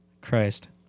Christ